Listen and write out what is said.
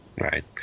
Right